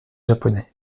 japonais